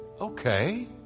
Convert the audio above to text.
okay